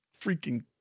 freaking